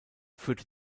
führte